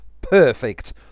Perfect